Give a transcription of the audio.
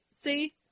See